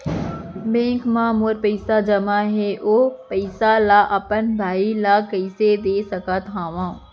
Bank म मोर पइसा जेमा हे, ओ पइसा ला अपन बाई ला कइसे दे सकत हव?